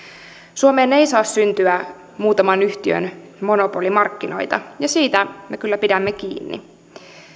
suomeen ei saa syntyä muutaman yhtiön monopolimarkkinoita ja siitä me kyllä pidämme kiinni